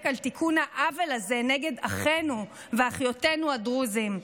על תיקון העוול הזה נגד אחינו ואחיותינו הדרוזים,